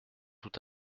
tout